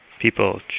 people